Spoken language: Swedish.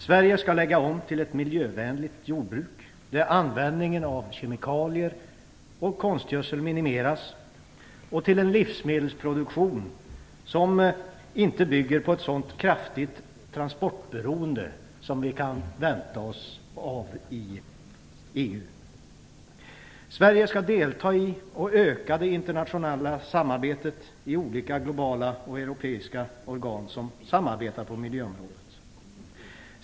Sverige skall lägga om till ett miljövänligt jordbruk, där användningen av konstgödsel och kemikalier minimeras, och till en livsmedelsproduktion som inte bygger på ett så kraftigt transportberoende som kan bli följden av ett Sverige skall utöka sitt deltagande i det internationella samarbetet i olika globala och europeiska organ på miljöområdet.